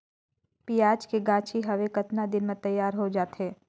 पियाज के गाछी हवे कतना दिन म तैयार हों जा थे?